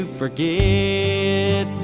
forget